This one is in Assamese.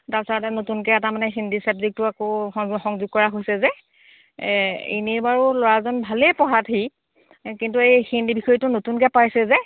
তাৰপিছতে নতুনকৈ তাৰমানে হিন্দী চাব্জেক্টটো আকৌ সংযোগ সংযোগ কৰা হৈছে যে এনেই বাৰু ল'ৰাজন ভালেই পঢ়াত সি কিন্তু এই হিন্দী বিষয়টো নতুনকৈ পাইছে যে